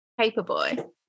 Paperboy